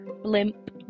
blimp